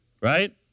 right